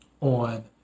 on